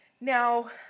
Now